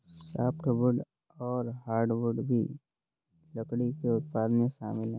softwood और hardwood भी लकड़ी के उत्पादन में शामिल है